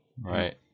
right